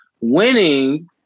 Winning